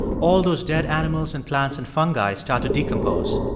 all those dead animals and plants and fungi start to decompose.